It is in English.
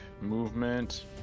movement